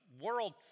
world